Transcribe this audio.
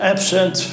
Absent